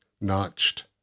notched